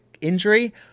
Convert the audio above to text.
Injury